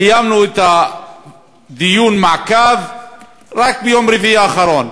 קיימנו את דיון המעקב רק ביום רביעי האחרון,